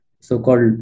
so-called